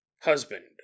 husband